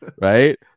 right